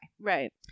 Right